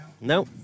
No